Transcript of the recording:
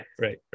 right